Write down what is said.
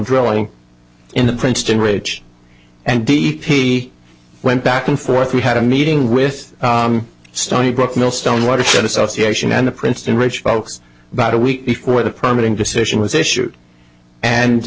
drilling in the princeton rich and d p went back and forth we had a meeting with stony brook mill stone watershed association and the princeton rich folks about a week before the permanent decision was issued and